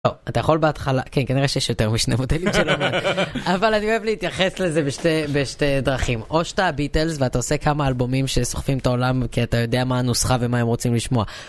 אתה יכול בהתחלה- כן, כנראה שיש יותר משני מודלים של אומן... אבל אני אוהב להתייחס לזה בשתי דרכים: או שאתה הביטלס, ואתה עושה כמה אלבומים שסוחפים את העולם כי אתה יודע מה הנוסחה ומה הם רוצים לשמוע.